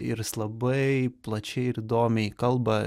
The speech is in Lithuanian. ir jis labai plačiai ir įdomiai kalba